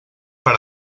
per